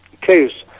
case